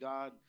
God